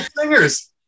singers